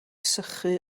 sychu